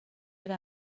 era